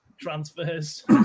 transfers